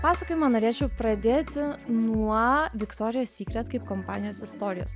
pasakojimą norėčiau pradėti nuo viktorijos sykret kaip kompanijos istorijos